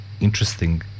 interesting